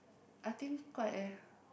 I think quite eh